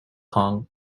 kong